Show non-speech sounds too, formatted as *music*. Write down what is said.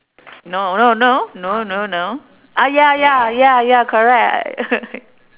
no no no no no no ah ya ya ya ya correct *laughs*